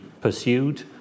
pursued